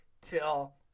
till